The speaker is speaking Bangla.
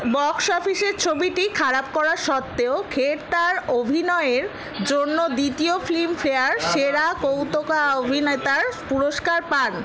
বক্স অফিসে ছবিটি খারাপ করা সত্ত্বেও খের তাঁর অভিনয়ের জন্য দ্বিতীয় ফিল্মফেয়ার সেরা কৌতুক অভিনেতার পুরস্কার পান